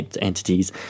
entities